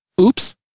oops